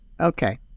Okay